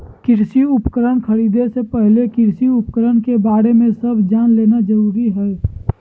कृषि उपकरण खरीदे से पहले कृषि उपकरण के बारे में सब जान लेना जरूरी हई